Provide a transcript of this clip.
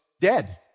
dead